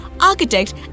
architect